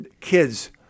kids